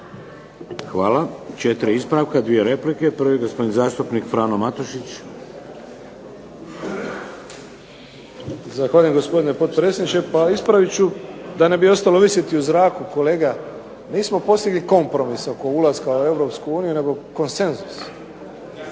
Hvala. Četiri ispravka, dvije replike. Prvi je gospodin zastupnik Frano Matušić. **Matušić, Frano (HDZ)** Zahvaljujem gospodine potpredsjedniče. Pa ispravit ću da ne ostalo visiti u zraku kolega. Nismo postigli kompromis oko ulaska u Europsku uniju, nego konsenzus.